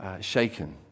shaken